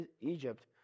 Egypt